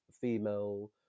female